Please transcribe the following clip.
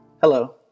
Hello